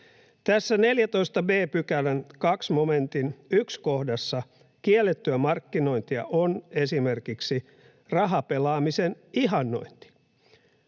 Tässä 14 b §:n 2 momentin 1 kohdassa kiellettyä markkinointia on esimerkiksi rahapelaamisen ihannointi.